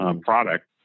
product